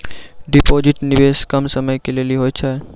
Deposit निवेश कम समय के लेली होय छै?